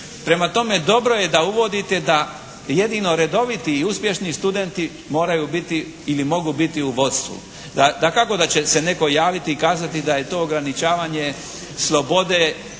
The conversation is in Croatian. Prema tome, dobro je da uvodite da jedino redoviti i uspješni studenti moraju biti ili mogu biti u vodstvu. Dakako da će se netko javiti i kazati da je to ograničavanje slobode